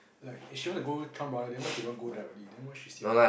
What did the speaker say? like she want to go Chan-Brother then why she doesn't want to go directly then why she still